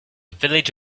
village